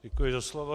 Děkuji za slovo.